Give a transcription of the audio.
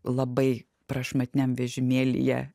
labai prašmatniam vežimėlyje